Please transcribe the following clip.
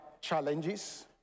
challenges